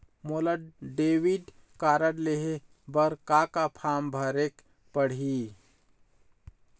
मोला debit card लेहे बर का का फार्म भरेक पड़ही?